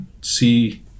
see